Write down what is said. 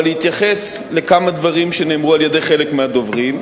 אבל להתייחס לכמה דברים שאמרו חלק מהדוברים.